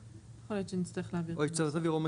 יכול להיות שנצטרך להעביר ------ מטאורולוג,